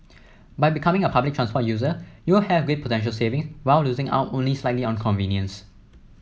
by becoming a public transport user you will have great potential savings while losing out only slightly on convenience